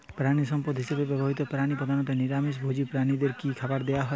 প্রাণিসম্পদ হিসেবে ব্যবহৃত প্রাণী প্রধানত নিরামিষ ভোজী প্রাণীদের কী খাবার দেয়া হয়?